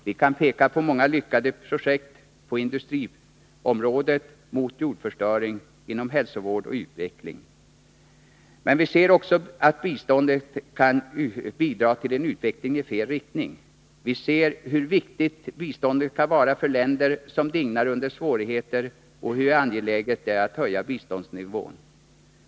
Vi kan peka på många lyckade projekt, på industriområdet, mot jordförstöring och inom hälsovård och utbildning. Men vi ser också att biståndet kan bidra till en utveckling i fel riktning. Vi ser hur viktigt biståndet kan vara för länder som dignar under svårigheter och hur angeläget det är att höja biståndsnivån.